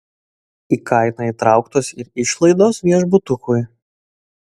į kainą įtrauktos ir išlaidos viešbutukui